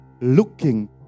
looking